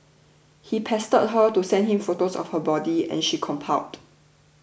he pestered her to send him photos of her body and she complied